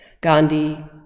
Gandhi